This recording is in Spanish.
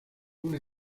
una